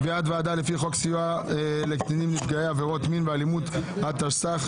ועדה לפי חוק סיוע לקטינים נפגעי עבירות מין ואלימות התשס"ח-2008.